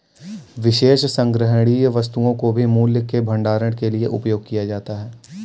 विशेष संग्रहणीय वस्तुओं को भी मूल्य के भंडारण के लिए उपयोग किया जाता है